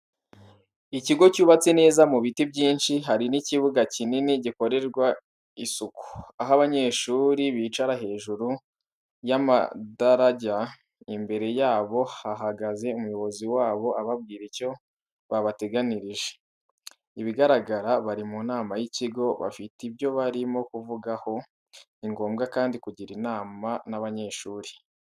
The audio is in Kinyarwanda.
Ikigo cyubatse neza mu biti byinshi, hari n'ikibuga kinini, gikorewe isuku, aho abanyeshuri bicara hejuru y'amadarajya, imbere yabo hahagaze umuyobozi wabo ababwira icyo yabateganyirije. Ibigaragara bari mu nama y'ikigo, bafite ibyo barimo kuvugaho. Ni ngombwa kandi kugirana inama n'abanyeshuri.